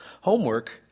homework